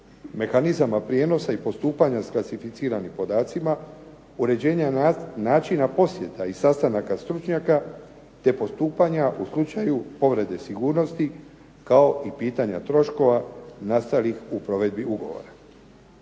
mehanizama prijenosa i postupanja s klasificiranim podacima, uređenja načina posjeta i sastanaka stručnjaka te postupanja u slučaju povrede sigurnosti kao i pitanja troškova nastalih u provedbi ugovora.